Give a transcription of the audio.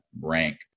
rank